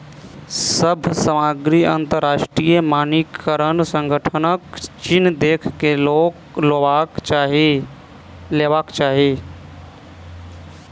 सभ सामग्री अंतरराष्ट्रीय मानकीकरण संगठनक चिन्ह देख के लेवाक चाही